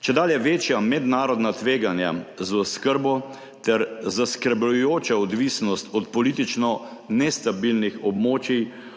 Čedalje večja mednarodna tveganja za oskrbo ter zaskrbljujoča odvisnost od politično nestabilnih območij